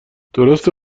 درسته